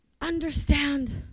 understand